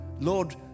Lord